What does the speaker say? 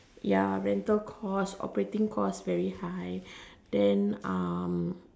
ya rental cost operating cost very high then um